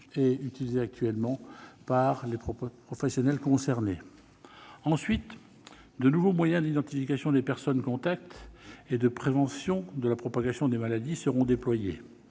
ni utilisées par les professionnels concernés. Ensuite, de nouveaux moyens d'identification des personnes contacts et de prévention de la propagation des maladies seront déployés.